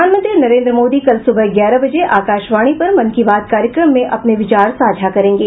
प्रधानमंत्री नरेन्द्र मोदी कल सुबह ग्यारह बजे आकाशवाणी पर मन की बात कार्यक्रम में अपने विचार साझा करेंगे